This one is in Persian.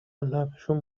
لبشون